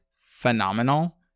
phenomenal